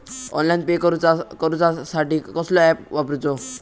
Online pay करूचा साठी कसलो ऍप वापरूचो?